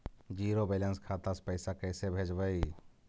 Zero balance खाता से पैसा कैसे भेजबइ?